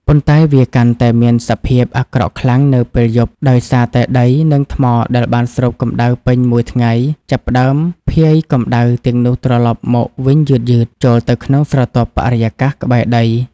ប៉ុន្តែវាកាន់តែមានសភាពអាក្រក់ខ្លាំងនៅពេលយប់ ដោយសារតែដី និងថ្មដែលបានស្រូបកម្ដៅពេញមួយថ្ងៃ ចាប់ផ្តើមភាយកម្ដៅទាំងនោះត្រឡប់មកវិញយឺតៗចូលទៅក្នុងស្រទាប់បរិយាកាសក្បែរដី។